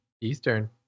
Eastern